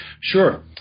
Sure